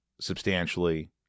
substantially